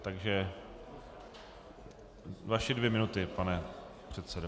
Takže vaše dvě minuty, pane předsedo.